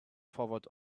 forward